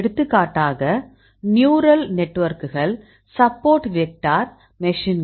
எடுத்துக்காட்டாக நியூரல் நெட்வொர்க்குகள் support vector மெஷின்கள்